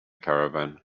caravan